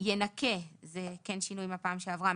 ינכה זה כן שינוי מהפעם שעברה.